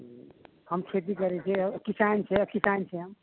हम खेती करै छियै किसान छियै किसान छियै हम